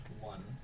one